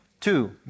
two